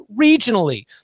regionally